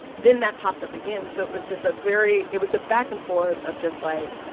then that popped up again, so it was just a very it was a back and forth of just like,